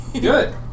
good